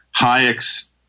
Hayek's